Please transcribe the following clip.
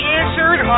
answered